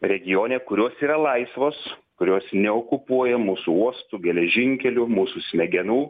regione kurios yra laisvos kurios neokupuoja mūsų uostų geležinkelių mūsų smegenų